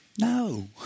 no